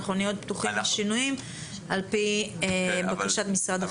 נהיה פתוחים לשינויים על פי בקשת משרד החינוך.